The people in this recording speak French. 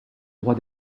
droit